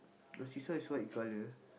your seesaw is white in colour